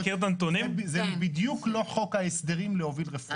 זה בדיוק לא חוק ההסדרים להוביל רפורמות,